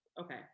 okay